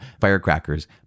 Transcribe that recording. firecrackers